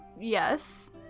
Yes